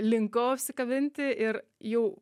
linkau apsikabinti ir jau